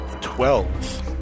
Twelve